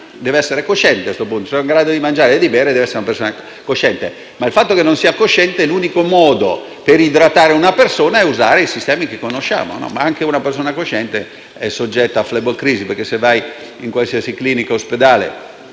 di persona che non è in grado di mangiare o di bere, deve essere una persona incosciente. Qualora non sia cosciente, l'unico modo per idratare una persona è usare i sistemi che conosciamo, ma anche una persona cosciente è soggetta a fleboclisi, perché se in qualsiasi clinica o ospedale